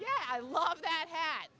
yeah i love that ha